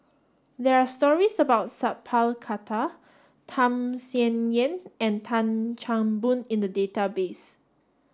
there are stories about Sat Pal Khattar Tham Sien Yen and Tan Chan Boon in the database